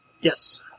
Yes